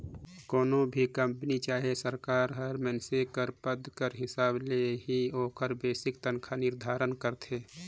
कोनो भी कंपनी चहे सरकार हर मइनसे कर पद कर हिसाब ले ही ओकर बेसिक तनखा के निरधारन करथे